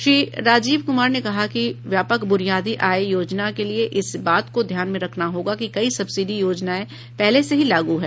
श्री राजीव कुमार ने कहा कि व्यापक ब्रनियादी आय योजना के लिए इस बात को ध्यान में रखना होगा कि कई सब्सिडी योजनाएं पहले से ही लागू हैं